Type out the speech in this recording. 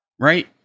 right